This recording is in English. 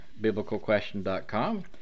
biblicalquestion.com